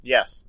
Yes